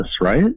right